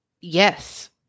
yes